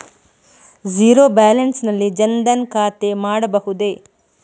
Zero balance ನಲ್ಲಿ ಜನ್ ಧನ್ ಖಾತೆ ಮಾಡಬಹುದೇ?